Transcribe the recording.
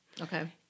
Okay